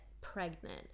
pregnant